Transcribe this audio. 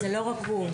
זה לא רק הוא.